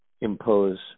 impose